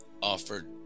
offered